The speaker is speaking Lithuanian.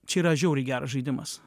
čia yra žiauriai geras žaidimas